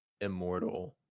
immortal